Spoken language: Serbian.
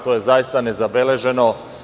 To je zaista nezabeleženo.